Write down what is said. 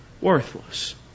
Worthless